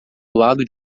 lado